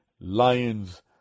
lions